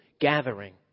gathering